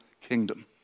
kingdom